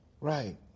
right